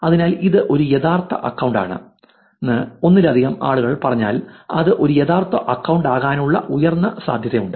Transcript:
അതിനാൽ ഇത് ഒരു യഥാർത്ഥ അക്കൌണ്ട് ആണെന്ന് ഒന്നിലധികം ആളുകൾ പറഞ്ഞാൽ അത് ഒരു യഥാർത്ഥ അക്കൌണ്ടാകാനുള്ള ഉയർന്ന സാധ്യതയുണ്ട്